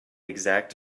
exact